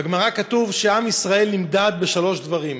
בגמרא כתוב שעם ישראל נמדד בשלושה דברים: